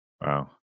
Wow